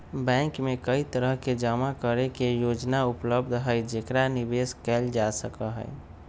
bank में कई तरह के जमा करे के योजना उपलब्ध हई जेकरा निवेश कइल जा सका हई